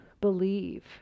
believe